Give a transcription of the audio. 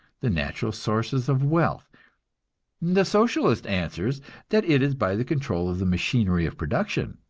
the natural sources of wealth the socialist answers that it is by the control of the machinery of production.